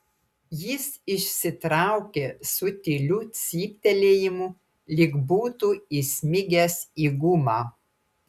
jis išsitraukė su tyliu cyptelėjimu lyg būtų įsmigęs į gumą